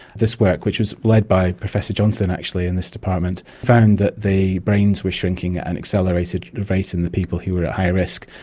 this work, which was led by professor johnstone actually in this department, found that the brains were shrinking at an accelerated rate in the people who were at high risk,